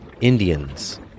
Indians